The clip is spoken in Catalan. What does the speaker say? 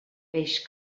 peix